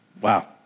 Wow